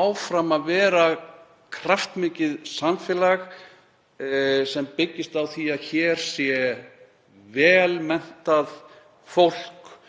áfram að vera kraftmikið samfélag sem byggist á því að hér sé vel menntað fólk